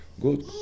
good